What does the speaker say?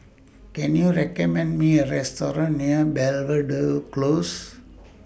Can YOU recommend Me A Restaurant near Belvedere Close